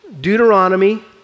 Deuteronomy